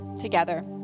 together